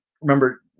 Remember